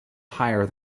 higher